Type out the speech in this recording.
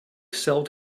cell